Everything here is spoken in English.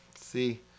See